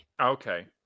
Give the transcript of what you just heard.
Okay